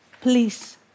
Please